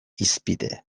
hizpide